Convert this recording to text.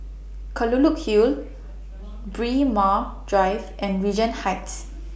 Kelulut Hill Braemar Drive and Regent Heights